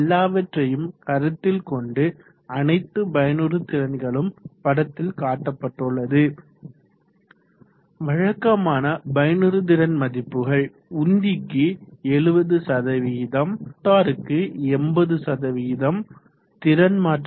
எல்லாவற்றையும் கருத்தில் கொண்டு அனைத்து பயனுறுதிறன்களும் படத்தில் காட்டப்பட்டுள்ளது வழக்கமான பயனுறுதிறன் மதிப்புகள் உந்திக்கு 70 மோட்டாருக்கு 80 திறன் மாற்றிக்கு 90